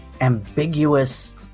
ambiguous